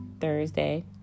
Thursday